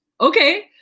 Okay